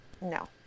No